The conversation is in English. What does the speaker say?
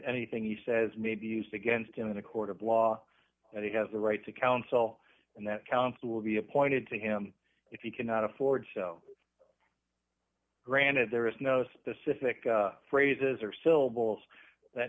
anything he says may be used against him in a court of law and he has the right to counsel and that counsel will be appointed to him if he cannot afford granted there is no specific phrases or syllables that